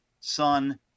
son